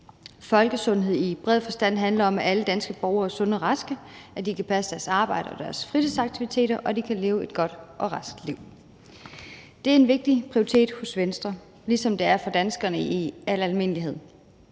Folkesundhed i bred forstand handler om, at alle danske borgere er sunde og raske, at de kan passe deres arbejde og deres fritidsaktiviteter, og at de kan leve et godt og rask liv. Det er en vigtig prioritet hos Venstre, ligesom det er for danskerne i al almindelighed.